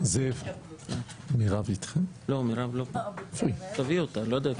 הצבעה או לא תהיה